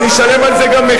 אני גם אשלם על זה מחיר.